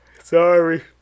Sorry